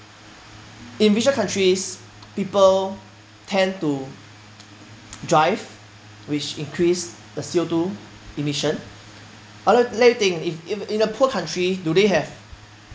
in richer countries people tend to drive which increase the C_O two emission other let me think if if in a poor country do they have